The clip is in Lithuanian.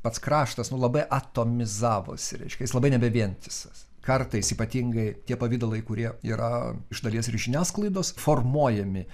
pats kraštas labai atomizavosi reiškia jis labai nebevientisas kartais ypatingai tie pavidalai kurie yra iš dalies ir žiniasklaidos formuojami